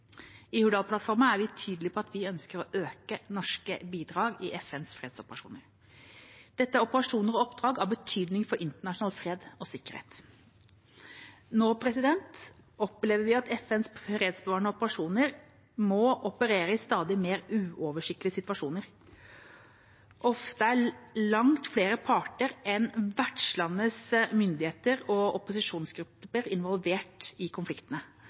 I Hurdalsplattformen er vi tydelige på at vi ønsker å øke norske bidrag til FNs fredsoperasjoner. Dette er operasjoner og oppdrag av betydning for internasjonal fred og sikkerhet. Nå opplever vi at FNs fredsbevarende operasjoner må operere i stadig mer uoversiktlige situasjoner. Ofte er langt flere parter enn vertslandets myndigheter og opposisjonsgrupper involvert i konfliktene.